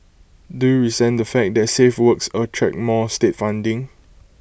do you resent the fact that safe works attract more state funding